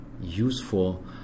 useful